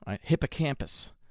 Hippocampus